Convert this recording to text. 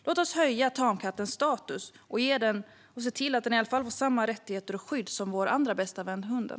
Låt oss höja tamkattens status genom att se till att den åtminstone får samma rättigheter och skydd som vår andra bästa vän, hunden.